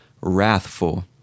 Wrathful